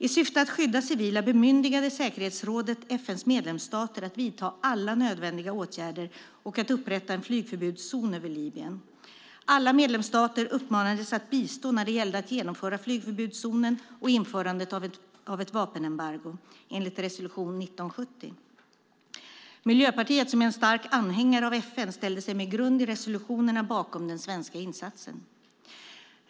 I syfte att skydda civila bemyndigade säkerhetsrådet FN:s medlemsstater att vidta alla nödvändiga åtgärder och att upprätta en flygförbudszon över Libyen. Alla medlemsstater uppmanades att bistå när det gällde att genomföra flygförbudszonen och införandet av ett vapenembargo, enligt resolution 1970. Miljöpartiet, som är en stark anhängare av FN, ställde sig med grund i resolutionerna bakom den svenska insatsen.